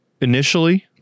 Initially